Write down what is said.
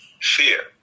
Fear